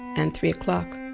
and three o'clock.